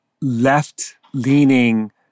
left-leaning